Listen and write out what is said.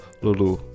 Lulu